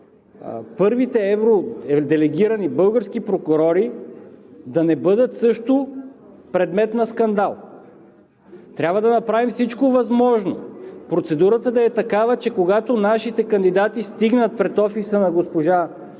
първите евро делегирани български прокурори да не бъдат също предмет на скандал. Трябва да направим всичко възможно процедурата да е такава, че когато нашите кандидати стигнат пред офиса на госпожа